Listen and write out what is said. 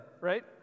Right